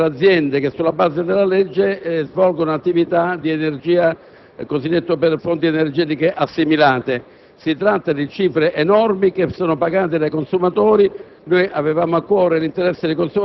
vantaggi economici per aziende che, sulla base della legge, svolgono attività nell'ambito delle cosiddette fonti energetiche assimilate. Si tratta di cifre enormi che sono pagate dai consumatori